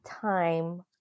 time